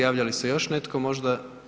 Javlja li se još netko možda?